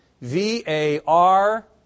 V-A-R